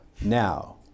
Now